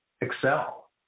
excel